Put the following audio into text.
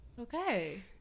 Okay